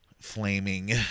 flaming